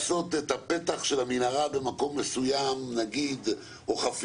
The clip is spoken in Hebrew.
לעשות את הפתח של המנהרה במקום מסוים או חפירה